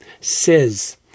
says